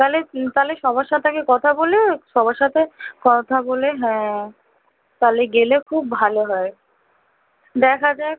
তাহলে তাহলে সবার সাথে আগে কথা বলে সবার সাথে কথা বলে হ্যাঁ তাহলে গেলে খুব ভালো হয় দেখা যাক